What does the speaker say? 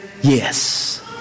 Yes